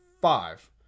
five